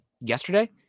yesterday